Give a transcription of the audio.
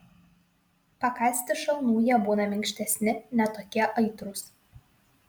pakąsti šalnų jie būna minkštesni ne tokie aitrūs